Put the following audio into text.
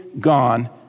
gone